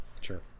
Sure